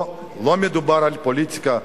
פה לא מדובר על פוליטיקה.